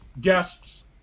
guests